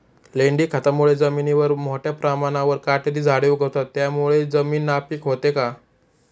लेंडी खतामुळे जमिनीवर मोठ्या प्रमाणावर काटेरी झाडे उगवतात, त्यामुळे जमीन नापीक होते का?